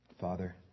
Father